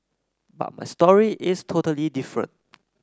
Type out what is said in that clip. but my story is totally different